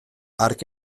hark